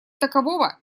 такового